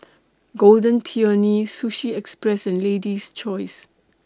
Golden Peony Sushi Express and Lady's Choice